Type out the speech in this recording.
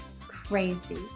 Crazy